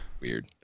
Weird